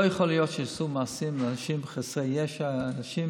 לא יכול להיות שיעשו מעשים לאנשים חסרי ישע, אנשים